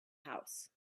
house